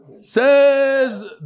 Says